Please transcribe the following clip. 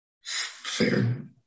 fair